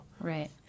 Right